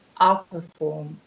outperform